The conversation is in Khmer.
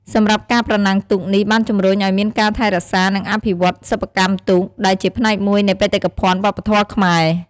សម្រាប់ការប្រណាំងទូកនេះបានជំរុញឱ្យមានការថែរក្សា និងអភិវឌ្ឍសិប្បកម្មទូក ដែលជាផ្នែកមួយនៃបេតិកភណ្ឌវប្បធម៌ខ្មែរ។